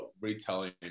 retelling